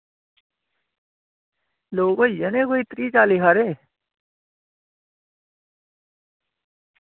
लोक होई जाने कोई त्रीह् चाली हारे